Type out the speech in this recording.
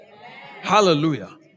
Hallelujah